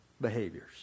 behaviors